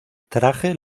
traje